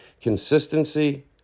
Consistency